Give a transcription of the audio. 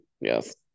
Yes